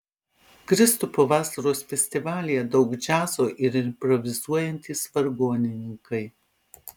kristupo vasaros festivalyje daug džiazo ir improvizuojantys vargonininkai